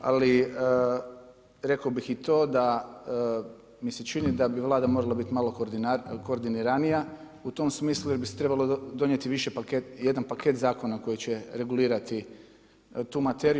Ali rekao bih i to da mi se čini da bi Vlada morala biti malo koordiniranja u tom smislu jer bi se trebalo donijeti jedan paket zakona koji će regulirati tu materiju.